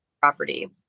property